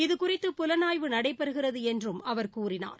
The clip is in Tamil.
இதுகுறித்து புலனாய்வு நடைபெறுகிறது என்றும் அவர் கூறினார்